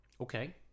Okay